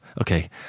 okay